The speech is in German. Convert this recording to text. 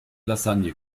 lasagne